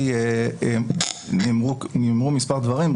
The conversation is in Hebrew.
נאמרו מספר דברים.